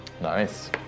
Nice